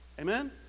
Amen